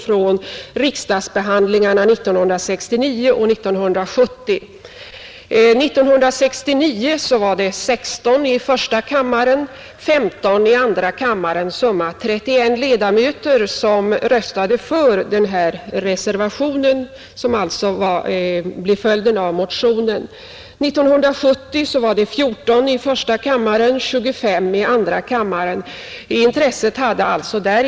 Vid riksdagsbehandlingen 1969 var det 16 ledamöter i första kammaren och 15 i andra kammaren — summa 31 ledamöter — som röstade för den reservation som blev följden av motionen. År 1970 var motsvarande siffror 14 i första kammaren och 25 i andra kammaren, sammanlagt 39.